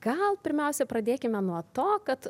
gal pirmiausia pradėkime nuo to kad